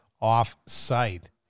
off-site